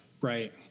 Right